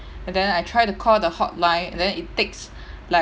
and then I try to call the hotline then it takes like